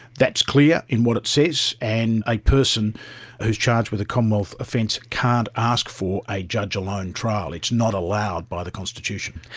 that's clear in what it says, and a person who is charged with a commonwealth offence can't ask for a judge-alone trial, it's not allowed by the constitution.